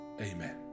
Amen